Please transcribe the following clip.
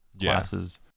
classes